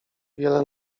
wiele